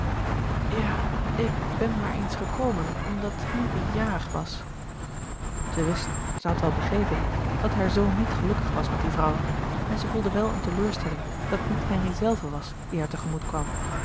ja ik ben maar eens gekomen omdat henri jarig was zij wist zij had wel begrepen dat haar zoon niet gelukkig was met die vrouw en zij voelde wel eene teleurstelling dat het niet henri zelve was die haar tegemoet kwam